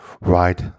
right